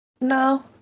No